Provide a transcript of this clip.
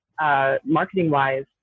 Marketing-wise